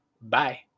Bye